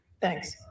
Thanks